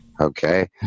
Okay